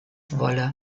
wolle